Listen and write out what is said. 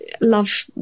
love